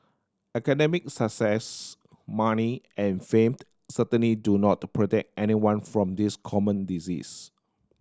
academic success money and famed certainly do not protect anyone from this common disease